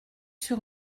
sur